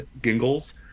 Gingles